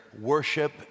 worship